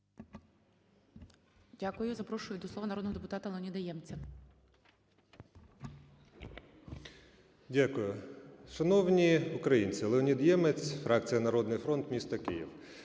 Дякую. Запрошую до слова народного депутата Леоніда Ємця. 12:43:20 ЄМЕЦЬ Л.О. Дякую. Шановні українці! Леонід Ємець, фракція "Народний фронт", місто Київ.